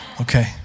Okay